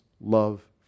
love